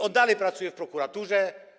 On nadal pracuje w prokuraturze.